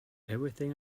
everything